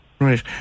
Right